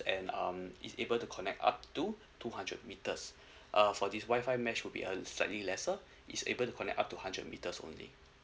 and um is able to connect up to two hundred metres err for this Wi-Fi mesh would be a slightly lesser is able to connect up to hundred metres only